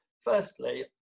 firstly